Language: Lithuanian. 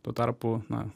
tuo tarpu na